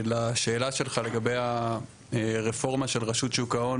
לשאלה שלך לגבי הרפורמה של רשות שוק ההון